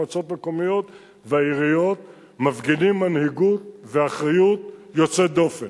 מועצות מקומיות והעיריות מפגינים מנהיגות ואחריות יוצאות דופן.